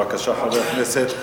בבקשה, חבר הכנסת